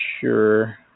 sure